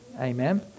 Amen